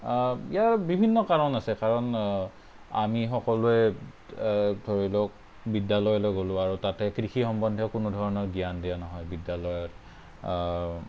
ইয়াৰ বিভিন্ন কাৰণ আছে কাৰণ আমি সকলোৱে ধৰি লওক বিদ্যালয়লৈ গ'লোঁ আৰু তাতে কৃষি সম্বন্ধীয় কোনো ধৰণৰ জ্ঞান দিয়া নহয় বিদ্যালয়ত